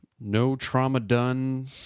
no-trauma-done